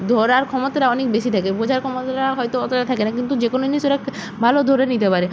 ধরার ক্ষমতাটা অনেক বেশি থাকে বোঝার ক্ষমতাটা হয়তো অতটা থাকে না কিন্তু যে কোনো জিনিসের ওরা ভালো ধরে নিতে পারে